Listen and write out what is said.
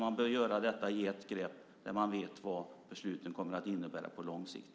Man bör göra det i ett grepp där man vet vad besluten kommer att innebära på lång sikt.